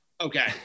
okay